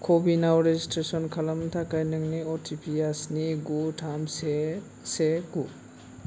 क' विनाव रेजिसट्रेसन खालामनो थाखाय नोंनि अ टि पि आ स्नि गु थाम से से गु